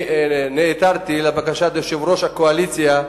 נעתרתי לבקשת יושב-ראש הקואליציה,